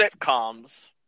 sitcoms